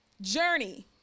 journey